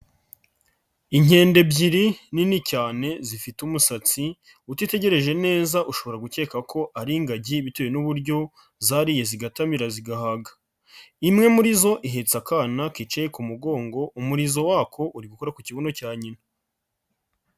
Inkende ebyiri nini cyane zifite umusatsi, utitegereje neza ushobora gukeka ko ari ingagi bitewe n'uburyo zariye zigatamira zigahaga, imwe muri zo ihetse akana kicaye ku mugongo umurizo wako uri gukora ku kibuno cya nyina.